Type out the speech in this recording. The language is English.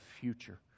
future